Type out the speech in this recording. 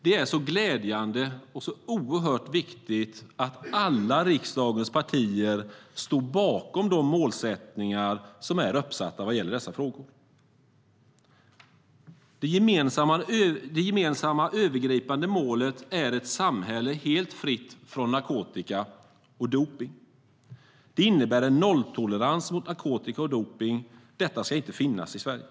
Det är så glädjande och så oerhört viktigt att alla riksdagens partier står bakom de målsättningar som är uppsatta vad gäller dessa frågor. Ett gemensamt övergripande mål är ett samhälle helt fritt från narkotika och dopning. Det innebär en nolltolerans mot narkotika och dopning. Detta ska inte finnas i Sverige.